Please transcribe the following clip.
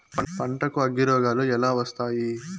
పంటకు అగ్గిరోగాలు ఎలా వస్తాయి?